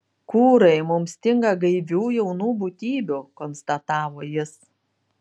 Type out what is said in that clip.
kūrai mums stinga gaivių jaunų būtybių konstatavo jis